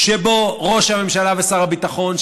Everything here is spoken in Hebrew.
הוא שראש הממשלה ושר הביטחון,